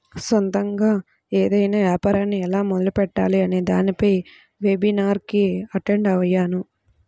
సొంతగా ఏదైనా యాపారాన్ని ఎలా మొదలుపెట్టాలి అనే దానిపై వెబినార్ కి అటెండ్ అయ్యాను